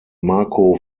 marco